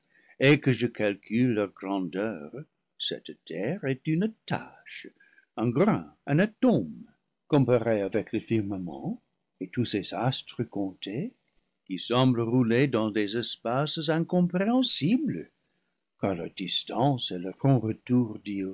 et que je calcule leurs grandeurs cette terre est une tache un grain un atome comparée avec le firmament et tous ses astres comptés qui semblent rouler dans des espaces incompréhensibles car leur distance et leur prompt retour